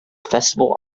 festival